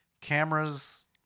cameras